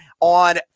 on